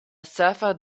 surfer